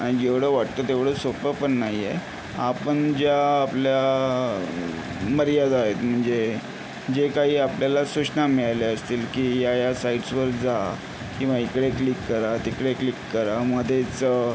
आणि जेवढं वाटतं तेवढं सोपं पण नाही आहे आपण ज्या आपल्या मर्यादा आहेत म्हणजे जे काही आपल्याला सूचना मिळाल्या असतील की या या साईटसवर जा किंवा इकडे क्लिक करा तिकडे क्लिक करा मध्येच